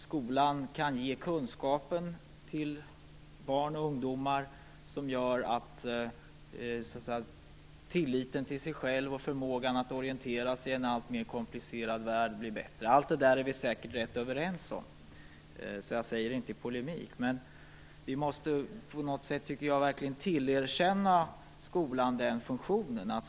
Skolan kan ge kunskapen till barn och ungdomar som gör att tilliten till dem själva och deras förmåga att orientera sig i en allt mer komplicerad värld blir bättre. Allt detta är vi säkert ganska överens om, så jag säger det inte i polemik. Men vi måste på något sätt verkligen tillerkänna skolan denna funktion.